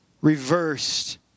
reversed